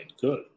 good